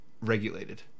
regulated